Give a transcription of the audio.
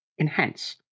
Enhance